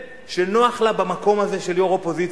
יש לי תחושת בטן שנוח לה במקום הזה של יו"ר אופוזיציה,